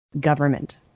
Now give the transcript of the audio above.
government